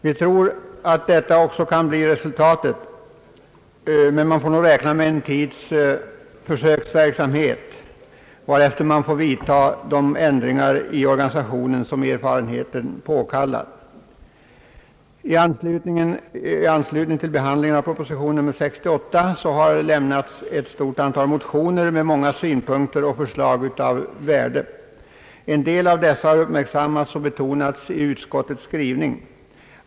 Vi tror att detta också kan bli resultatet, men man får nog räkna med en tids försöksverksamhet, varefter man får vidtaga de ändringar i organisationen som erfarenheten påkallar. I anslutning till behandlingen av proposition nr 68 har lämnats ett stort antal motioner med många synpunkter och förslag av värde. En del av dessa har uppmärksammats och betonats i utskottets skrivning.